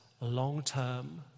long-term